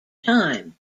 time